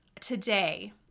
today